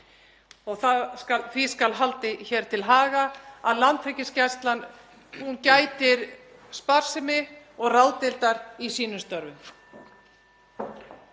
Því skal haldið hér til haga að Landhelgisgæslan gætir sparsemi og ráðdeildar í sínum störfum.